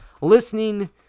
listening